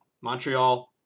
montreal